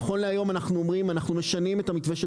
נכון להיום אנחנו אומרים אנחנו משנים את המתווה של